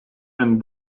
and